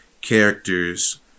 characters